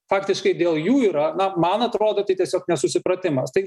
faktiškai dėl jų yra na man atrodo tai tiesiog nesusipratimas tai